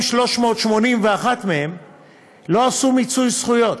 3,381 מהם לא עשו מיצוי זכויות.